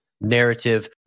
narrative